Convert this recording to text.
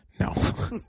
No